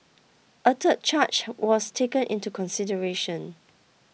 a third charge was taken into consideration